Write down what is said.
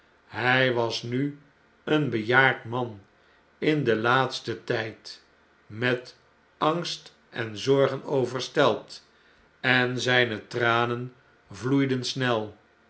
hjj was nu een bejaard man in den laatsten tyd met angst en zorgen overstelpt en zijne tranen vloeiden snel